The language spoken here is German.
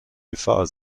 gefahr